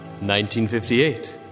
1958